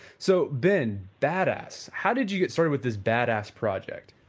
so ben, badass, how did you get started with this badass project?